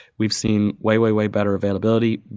we've seen way, way, way better availability.